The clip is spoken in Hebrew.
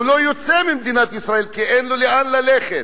הוא לא יוצא ממדינת ישראל כי אין לו לאן ללכת.